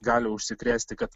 gali užsikrėsti kad